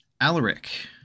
Alaric